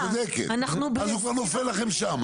אז הוא כבר נופל לכם שם,